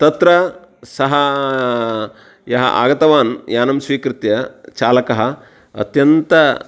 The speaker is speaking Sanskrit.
तत्र सः यः आगतवान् यानं स्वीकृत्य चालकः अत्यन्तं